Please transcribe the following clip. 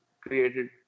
created